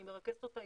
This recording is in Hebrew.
אני מרכזת אותה,